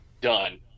done